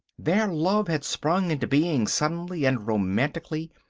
their love had sprung into being suddenly and romantically,